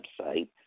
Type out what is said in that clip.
website